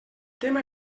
tema